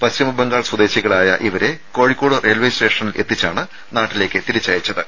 പശ്ചിമബംഗാൾ സ്വദേശികളായ ഇവരെ കോഴിക്കോട് റെയിൽവേ സ്റ്റേഷനിൽ എത്തിച്ചാണ് നാട്ടിലേക്ക് തിരിച്ചയച്ചത്